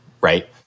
right